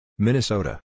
Minnesota